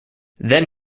then